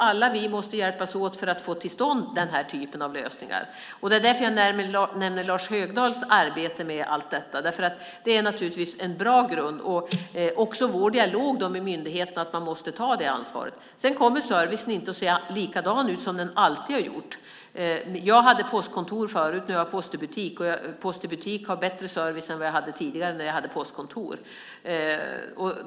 Vi måste alla hjälpas åt för att få till stånd den typen av lösningar. Det är därför jag nämner Lars Högdahls arbete med allt detta. Det är naturligtvis en bra grund, liksom vår dialog med myndigheterna. Man måste ta det ansvaret. Sedan kommer servicen inte att se likadan ut som den alltid har gjort tidigare. Jag hade postkontor förut. Nu har jag post i butik, och servicen är bättre än då jag hade postkontor.